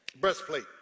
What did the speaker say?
Breastplate